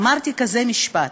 אמרתי כזה משפט: